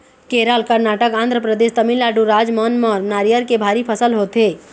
केरल, करनाटक, आंध्रपरदेस, तमिलनाडु राज मन म नरियर के भारी फसल होथे